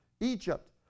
Egypt